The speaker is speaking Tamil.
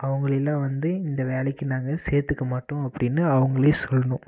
அவங்களையெல்லாம் வந்து இந்த வேலைக்கு நாங்கள் சேர்த்துக்க மாட்டோம் அப்படினு அவங்களே சொல்லணும்